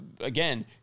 Again